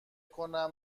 کنم